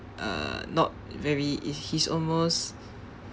uh not very i~ is he's almost